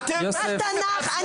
בתנ״ך,